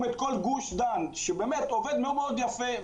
את כל גוש דן שהוא עובד מאוד מאוד יפה.